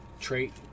trait